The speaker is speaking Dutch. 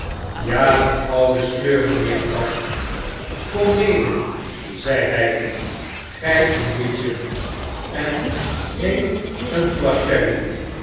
ja de oude sleur mynheer tatt kom mede zei hij gy en witchem en neem een glas sherry